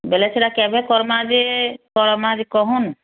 ବୋଲେ ସେଟା କେବେ କରମା ଯେ କହନ